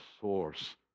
source